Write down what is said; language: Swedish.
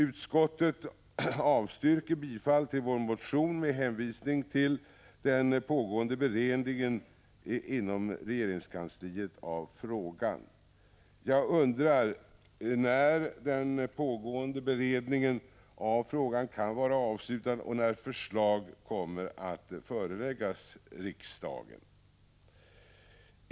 Utskottet avstyrker bifall till vår motion med hänvisning till den pågående beredningen inom regeringskansliet av frågan. Jag undrar när den pågående beredningen av frågan kan vara avslutad och när förslag kommer att föreläggas riksdagen.